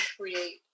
create